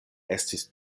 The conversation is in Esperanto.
estis